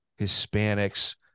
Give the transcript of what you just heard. Hispanics –